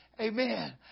Amen